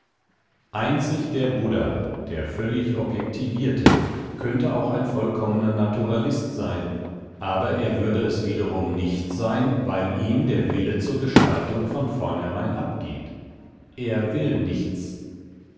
einzig der buddha der völlig objektivierte könnte auch ein vollkommener naturalist sein aber er würde es wiederum nicht sein weil ihm der wille zur gestaltung von vornherein abgeht er will nichts